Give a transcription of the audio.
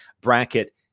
bracket